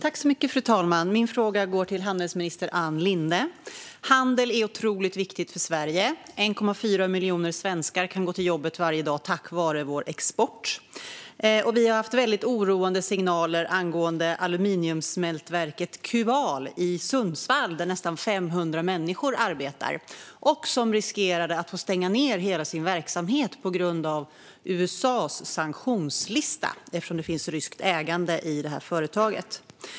Fru talman! Min fråga går till handelsminister Ann Linde. Handel är otroligt viktigt för Sverige. 1,4 miljoner svenskar kan gå till jobbet varje dag tack vare vår export. Vi har haft mycket oroande signaler angående aluminiumsmältverket Kubal i Sundsvall, där nästan 500 människor arbetar, som riskerade att få stänga ned hela sin verksamhet på grund av USA:s sanktionslista eftersom företaget har ett ryskt ägande.